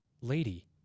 lady